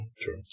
true